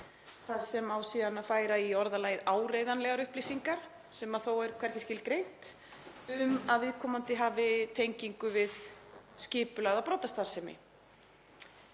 það sem á síðan að færa í orðalagið áreiðanlegar upplýsingar, sem þó er hvergi skilgreint, um að viðkomandi hafi tengingu við skipulagða brotastarfsemi.